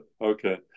Okay